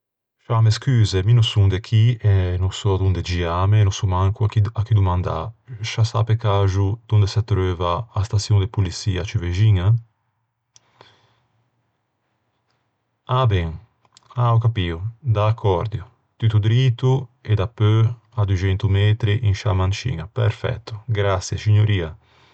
Scià me scuse, mi son de chì, no sò donde giâme e no sò manco à chi d-à chi domandâ. Scià sa pe caxo dond'a se treuva a staçion de poliscia ciù vixiña? Ah, ben. Ah, ò capio. D'accòrdio. Tutto drito, e dapeu à duxento metri in sciâ manciña. Perfetto, scignoria!